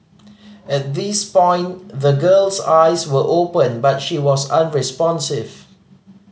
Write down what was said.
at this point the girl's eyes were open but she was unresponsive